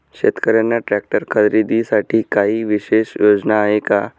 शेतकऱ्यांना ट्रॅक्टर खरीदीसाठी काही विशेष योजना आहे का?